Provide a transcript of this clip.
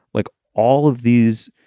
like all of these.